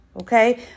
Okay